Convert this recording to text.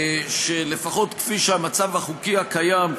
שלפחות כפי שהמצב החוקי הקיים,